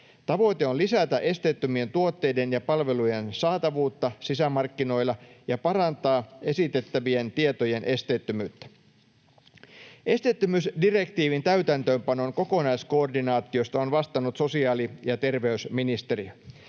Tavoite on lisätä esteettömien tuotteiden ja palvelujen saatavuutta sisämarkkinoilla ja parantaa esitettävien tietojen esteettömyyttä. Esteettömyysdirektiivin täytäntöönpanon kokonaiskoordinaatiosta on vastannut sosiaali- ja terveysministeriö.